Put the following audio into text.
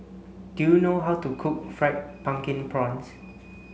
do you know how to cook fried pumpkin prawns